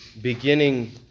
beginning